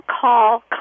call